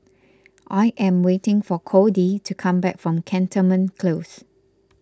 I am waiting for Codie to come back from Cantonment Close